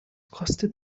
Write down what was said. kostet